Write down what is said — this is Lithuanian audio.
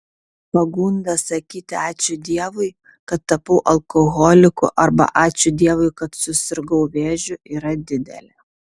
pagunda sakyti ačiū dievui kad tapau alkoholiku arba ačiū dievui kad susirgau vėžiu yra didelė